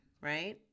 right